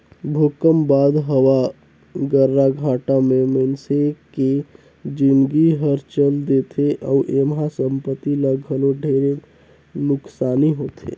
भूकंप बाद हवा गर्राघाटा मे मइनसे के जिनगी हर चल देथे अउ एम्हा संपति ल घलो ढेरे नुकसानी होथे